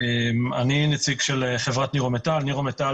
אני נציג של חברת נירו-מטל,